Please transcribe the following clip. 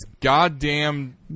goddamn